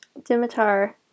Dimitar